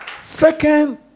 Second